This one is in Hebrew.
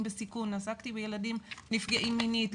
בסיכון ועסקתי בילדים נפגעים מינית,